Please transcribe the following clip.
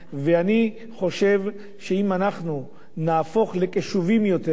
אני חושב שאם אנחנו נהפוך לקשובים יותר,